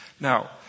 Now